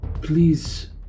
Please